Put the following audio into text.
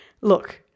look